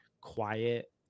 quiet